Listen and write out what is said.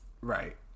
Right